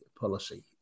policy